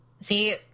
See